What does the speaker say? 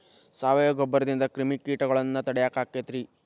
ಸಾವಯವ ಗೊಬ್ಬರದಿಂದ ಕ್ರಿಮಿಕೇಟಗೊಳ್ನ ತಡಿಯಾಕ ಆಕ್ಕೆತಿ ರೇ?